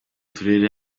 turere